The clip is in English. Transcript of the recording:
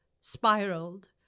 spiraled